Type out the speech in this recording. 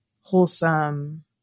wholesome